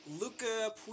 Luca